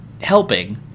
helping